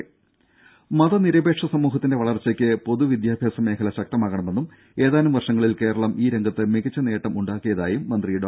രുര മതനിരപേക്ഷ സമൂഹത്തിന്റെ വളർച്ചക്ക് പൊതുവിദ്യാഭ്യാസ മേഖല ശക്തമാകണമെന്നും ഏതാനും വർഷങ്ങളിൽ കേരളം ഈ രംഗത്ത് മികച്ച നേട്ടം ഉണ്ടാക്കിയതായും മന്ത്രി ഡോ